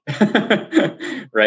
right